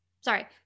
sorry